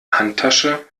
handtasche